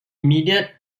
immediate